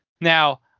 Now